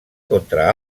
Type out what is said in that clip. contra